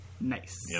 Nice